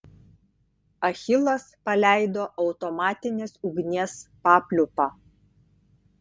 achilas paleido automatinės ugnies papliūpą